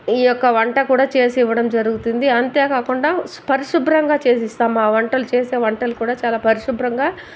ఈ యొక్క వంట కూడా చేసివ్వడం జరుగుతుంది అంతే కాకుండా శు పరిశుభ్రంగా చేసిస్తాం ఆ వంటలు చేసే వంటలు కూడా చాలా పరిశుభ్రంగా